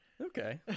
Okay